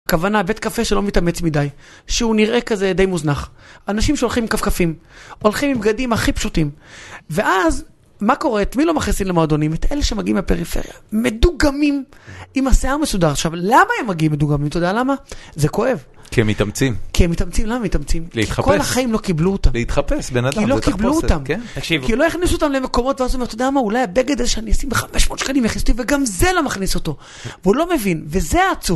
כוונה, בית קפה שלא מתאמץ מדי, שהוא נראה כזה די מוזנח. אנשים שהולכים עם כפכפים, הולכים עם בגדים הכי פשוטים. ואז, מה קורה? את מי לא מכניסים למועדונים? את אלה שמגיעים מהפריפריה. מדוגמים, עם השיער מסודר. עכשיו, למה הם מגיעים מדוגמים? אתה יודע למה? זה כואב. כי הם מתאמצים. כי הם מתאמצים. למה הם מתאמצים? להתחפש. כי כל החיים לא קיבלו אותם. להתחפש, בן אדם, זה תחפושת. כי לא קיבלו אותם. כי הם לא הכניסו אותם למקומות. ואז הוא אומר, אתה יודע למה? אולי הבגד איזה שאני עשיתי בחמש מאות שקלים יכניס אותי, וגם זה לא מכניס אותו. והוא לא מבין, וזה העצוב.